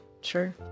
Sure